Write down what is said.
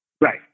Right